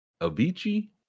Avicii